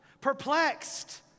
perplexed